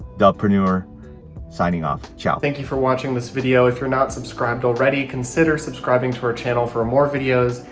dubbpreneur signing off, ciao. thank you for watching this video. if you're not subscribed already consider subscribing to our channel for more videos.